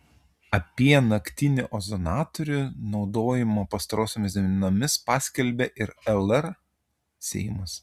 apie naktinį ozonatorių naudojimą pastarosiomis dienomis paskelbė ir lr seimas